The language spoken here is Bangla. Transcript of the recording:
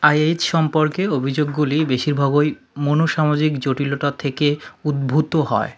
আইএইচ সম্পর্কে অভিযোগগুলি বেশিরভাগ ওই মনোসামাজিক জটিলতার থেকে উদ্ভূত হয়